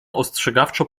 ostrzegawczo